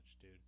dude